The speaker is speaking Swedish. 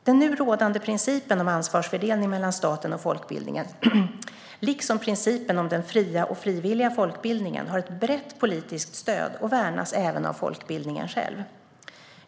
Den nu rådande principen om ansvarsfördelningen mellan staten och folkbildningen, liksom principen om den fria och frivilliga folkbildningen, har ett brett politiskt stöd och värnas även av folkbildningen själv.